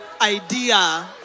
idea